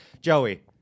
Joey